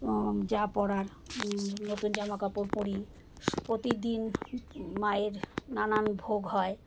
যা পরার নতুন জামা কাপড় পরি প্রতিদিন মায়ের নানান ভোগ হয়